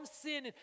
sin